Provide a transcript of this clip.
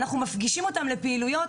ואנחנו מפגישים אותם בפעילויות.